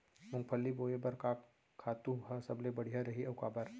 मूंगफली बोए बर का खातू ह सबले बढ़िया रही, अऊ काबर?